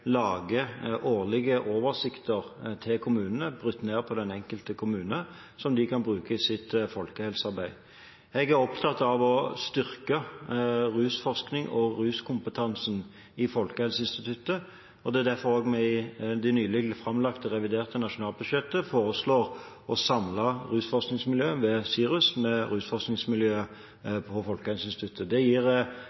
årlige oversikter til kommunene som de kan bruke i sitt folkehelsearbeid – brutt ned på den enkelte kommune. Jeg er opptatt av å styrke rusforskningen og ruskompetansen i Folkehelseinstituttet, og det er derfor vi i det nylig framlagte reviderte nasjonalbudsjettet foreslår å samle rusforskningsmiljøet ved SIRUS med rusforskningsmiljøet ved Folkehelseinstituttet. Det gir